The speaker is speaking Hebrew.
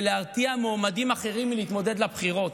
להרתיע מועמדים אחרים מלהתמודד לבחירות.